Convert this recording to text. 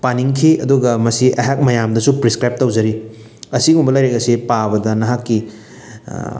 ꯄꯥꯅꯤꯡꯈꯤ ꯑꯗꯨꯒ ꯃꯁꯤ ꯑꯩꯍꯥꯛ ꯃꯌꯥꯝꯗꯁꯨ ꯄ꯭ꯔꯦꯁꯀ꯭ꯔꯥꯏꯞ ꯇꯧꯖꯔꯤ ꯑꯁꯤꯒꯨꯝꯕ ꯂꯥꯏꯔꯤꯛ ꯑꯁꯤ ꯄꯥꯕꯗ ꯅꯍꯥꯛꯀꯤ